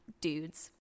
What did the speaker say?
dudes